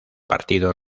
partido